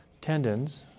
tendons